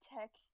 text